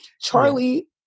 Charlie